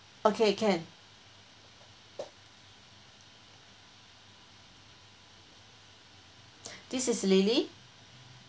okay can this is lily